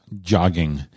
jogging